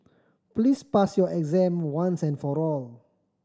please pass your exam once and for all